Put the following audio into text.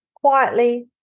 quietly